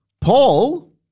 paul